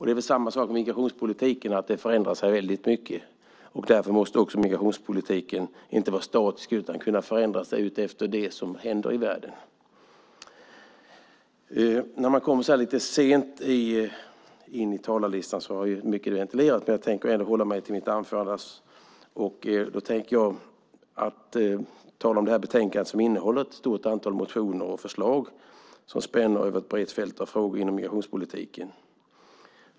Det är väl samma sak med migrationspolitiken: Den förändrar sig väldigt mycket, och därför får inte heller migrationspolitiken vara statisk utan måste kunna förändra sig efter det som händer i världen. När man kommer sent på talarlistan är det många frågor som redan har ventilerats, men jag tänkte ändå hålla mitt anförande som jag hade planerat. Detta betänkande behandlar ett stort antal motioner och förslag som spänner över ett brett fält av frågor inom migrationspolitiken.